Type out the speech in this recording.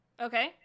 Okay